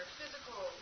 physical